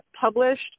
published